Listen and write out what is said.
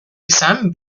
izan